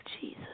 Jesus